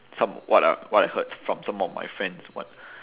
some what I what I heard from some of my friends what